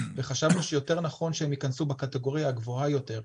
וחשבנו שיותר נכון שהם ייכנסו בקטגוריה הגבוהה יותר,